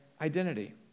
identity